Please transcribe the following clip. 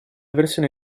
versione